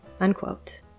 unquote